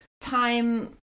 time